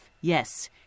yes